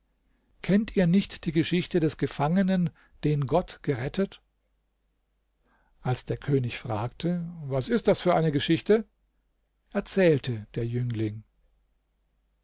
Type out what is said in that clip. kennt ihr nicht die geschichte des gefangenen den gott gerettet als der könig fragte was ist das für eine geschichte erzählte der jüngling